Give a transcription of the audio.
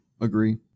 agree